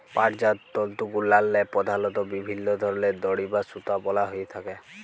পাটজাত তলতুগুলাল্লে পধালত বিভিল্ল্য ধরলের দড়ি বা সুতা বলা হ্যঁয়ে থ্যাকে